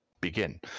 Begin